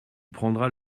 prendras